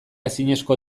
ezineko